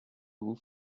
vous